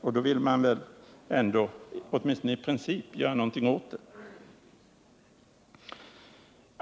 Och då vill man väl ändå, åtminstone i princip, göra någonting åt det.